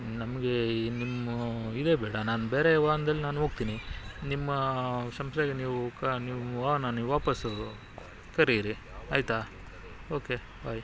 ನಮಗೆ ನಿಮ್ಮ ಇದೇ ಬೇಡ ನಾನು ಬೇರೆ ವಾಹನ್ದಲ್ಲಿ ನಾನು ಹೋಗ್ತೀನಿ ನಿಮ್ಮ ಸಂಸ್ಥೆಗೆ ನೀವು ಕಾ ನಿಮ್ಮ ವಾಹನನ ನೀವು ವಾಪೀಸು ಕರೀರಿ ಆಯ್ತಾ ಓಕೆ ಬಾಯ್